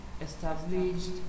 established